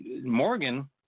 Morgan